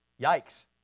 yikes